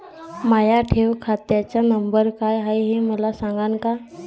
माया ठेव खात्याचा नंबर काय हाय हे मले सांगान का?